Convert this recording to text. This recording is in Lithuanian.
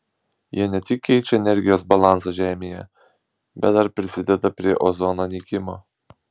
jie ne tik keičia energijos balansą žemėje bet dar prisideda prie ozono nykimo